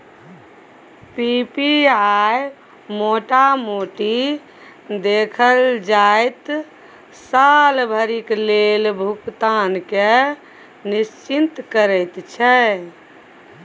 PPI मोटा मोटी देखल जाइ त साल भरिक लेल भुगतान केँ निश्चिंत करैत छै